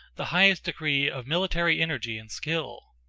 the highest degree of military energy and skill.